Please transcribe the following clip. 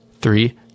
three